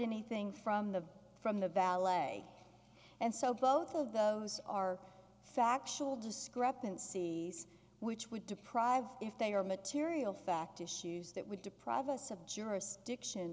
anything from the from the valet and so both of those are factual discrepancies which would deprive if they are material fact issues that would deprive us of jurisdiction